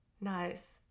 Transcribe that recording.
nice